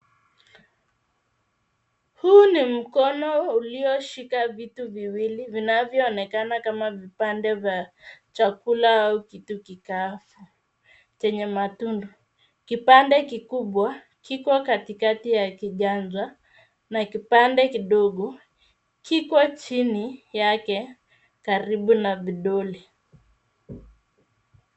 Huu ni mkono ulioshika vitu viwili vinavyoonekana kama vipande vya chakula au kitu kikavu chenye matundu. Kipande kikubwa kiko katikati ya kiganja na kipande kidogo kiko chini yake karibu na vidole.